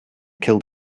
killed